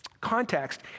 context